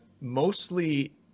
mostly